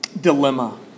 dilemma